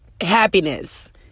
happiness